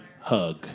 hug